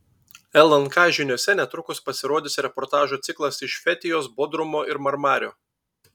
lnk žiniose netrukus pasirodys reportažų ciklas iš fetijos bodrumo ir marmario